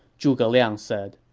zhuge liang said.